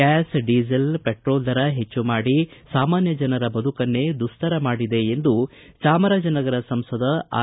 gas diesel petrol ದರ ಹೆಚ್ಚು ಮಾಡಿ ಸಾಮಾನ್ಟ ಜನರ ಬದುಕನ್ನೇ ದುಸ್ತರ ಮಾಡಿದೆ ಎಂದು ಚಾಮರಾಜನಗರ ಸಂಸದ ಆರ್